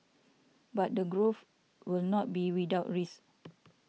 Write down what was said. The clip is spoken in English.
but the growth will not be without risk